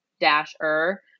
dasher